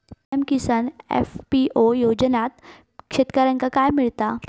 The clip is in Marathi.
पी.एम किसान एफ.पी.ओ योजनाच्यात शेतकऱ्यांका काय मिळता?